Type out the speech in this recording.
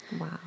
Wow